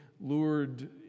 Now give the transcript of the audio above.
lured